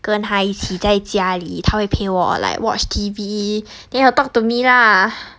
跟他一起在家里他会陪我 like watch T_V then he'll talk to me lah